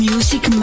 Music